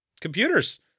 Computers